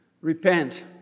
Repent